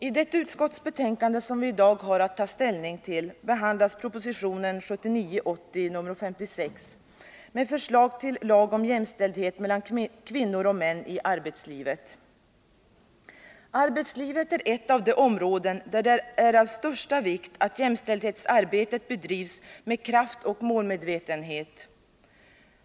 I det utskottsbetänkande som vi i dag har att ta ställning till behandlas propositionen 1979/80:56 med förslag till lag om jämställdhet mellan kvinnor och män i arbetslivet. Arbetslivet är ett av de områden där det är av största vikt att jämställdhetsarbetet bedrivs med kraft och målmedvetenhet.